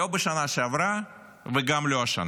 לא בשנה שעברה וגם לא השנה.